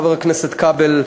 חבר הכנסת כבל,